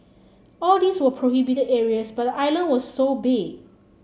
all these were prohibited areas but the island was so big